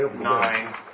nine